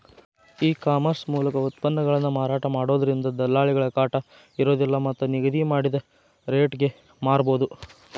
ಈ ಕಾಮರ್ಸ್ ಮೂಲಕ ಉತ್ಪನ್ನಗಳನ್ನ ಮಾರಾಟ ಮಾಡೋದ್ರಿಂದ ದಲ್ಲಾಳಿಗಳ ಕಾಟ ಇರೋದಿಲ್ಲ ಮತ್ತ್ ನಿಗದಿ ಮಾಡಿದ ರಟೇಗೆ ಮಾರಬೋದು